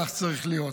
כך צריך להיות.